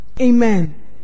Amen